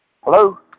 Hello